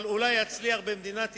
אבל אולי יצליח במדינת ישראל.